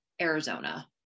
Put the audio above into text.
Arizona